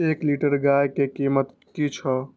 एक लीटर गाय के कीमत कि छै?